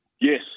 Yes